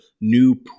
new